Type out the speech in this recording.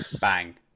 Bang